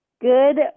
Good